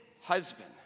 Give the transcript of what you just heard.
husband